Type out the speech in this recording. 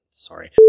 Sorry